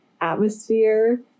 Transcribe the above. atmosphere